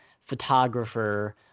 photographer